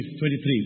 23